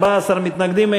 14 מתנגדים,